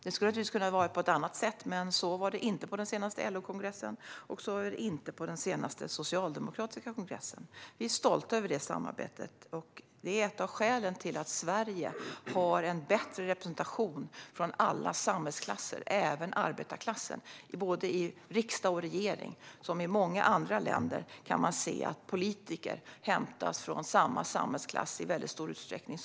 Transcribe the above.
Det skulle naturligtvis ha kunnat vara på ett annat sätt, men så var det inte på den senaste LO-kongressen eller på den senaste socialdemokratiska kongressen. Vi är stolta över detta samarbete. Det är en av orsakerna till att Sverige har en bättre representation från alla samhällsklasser, även arbetarklassen, i både riksdag och regering. I många andra länder kan man se att politiker i väldigt stor utsträckning hämtas från samma samhällsklass.